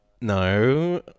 No